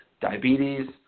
Diabetes